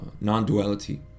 non-duality